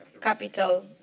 capital